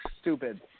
stupid